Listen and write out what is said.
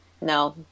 No